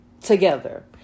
together